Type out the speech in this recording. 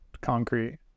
concrete